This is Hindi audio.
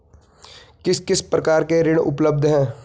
किस किस प्रकार के ऋण उपलब्ध हैं?